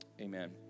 amen